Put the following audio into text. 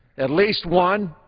at least one,